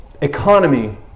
economy